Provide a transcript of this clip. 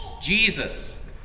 Jesus